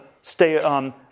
stay